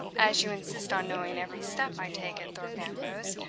as you insist on knowing every step i take at thorpe ambrose,